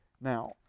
Now